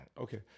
Okay